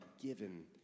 given